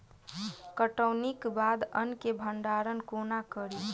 कटौनीक बाद अन्न केँ भंडारण कोना करी?